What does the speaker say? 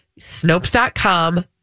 snopes.com